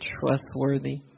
trustworthy